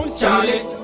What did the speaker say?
Charlie